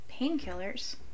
painkillers